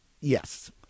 Yes